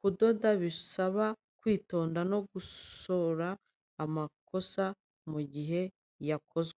kudoda bisaba kwitonda no gukosora amakosa mu gihe yakozwe.